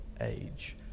age